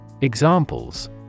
Examples